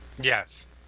Yes